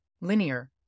linear